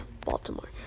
Baltimore